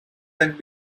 and